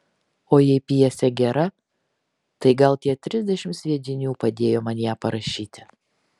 o jei pjesė gera tai gal tie trisdešimt sviedinių padėjo man ją parašyti